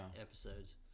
episodes